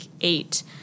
eight